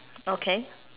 okay